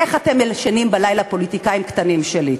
איך אתם ישנים בלילה, פוליטיקאים קטנים שלי?